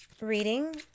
reading